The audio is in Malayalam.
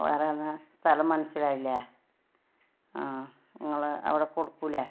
വേറെ എന്താ സ്ഥലം മനസ്സിലായില്ലേ ആ നിങ്ങൾ അവിടെ കൊടുക്കൂല്ലേ